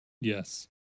Yes